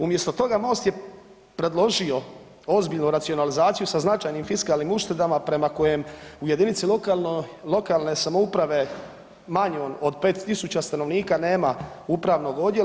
Umjesto toga Most je predložio ozbiljnu racionalizaciju sa značajnim fiskalnim uštedama prema kojim u jedinici lokalne samouprave manjom od 5 tisuća stanovnika nema upravnog odjela.